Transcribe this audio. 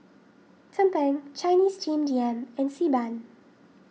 Tumpeng Chinese Steamed Yam and Xi Ban